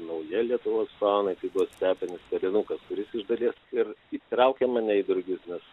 nauja lietuvos faunai tai buvo stepinis varinukas kuris iš dalies ir įtraukė mane į drugius nes